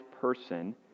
person